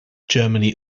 germany